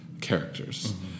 characters